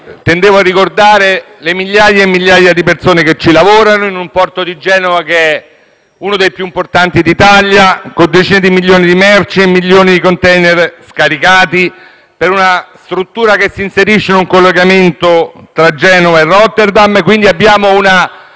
ministro Toninelli le migliaia e migliaia di persone che lavorano nel porto di Genova, che è uno dei più importanti d'Italia, con decine di milioni di merci e milioni di *container* scaricati, per una struttura che si inserisce nel collegamento tra Genova e Rotterdam. Abbiamo,